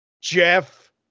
Jeff